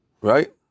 Right